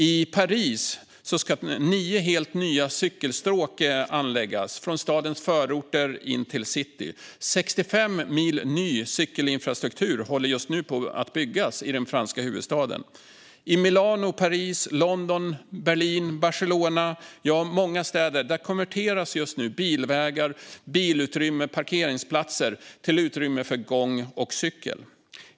I Paris ska nio helt nya cykelstråk anläggas från stadens förorter in till city - 65 mil ny cykelinfrastruktur håller just nu på att byggas i den franska huvudstaden. I Milano, Paris, London, Berlin och Barcelona - i många städer - konverteras just nu bilvägar, bilutrymme och parkeringsplatser till utrymme för gång och cykel.